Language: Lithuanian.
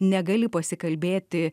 negali pasikalbėti